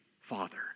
Father